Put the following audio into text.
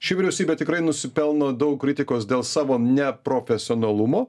ši vyriausybė tikrai nusipelno daug kritikos dėl savo neprofesionalumo